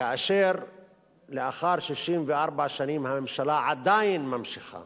כאשר לאחר 64 שנים הממשלה עדיין ממשיכה